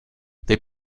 they